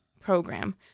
program